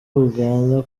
uganda